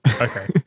Okay